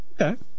Okay